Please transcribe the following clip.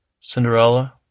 Cinderella